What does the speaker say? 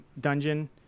dungeon